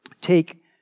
take